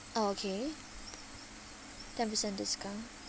oh okay ten percent discount